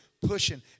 pushing